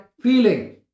feeling